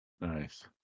Nice